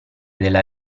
della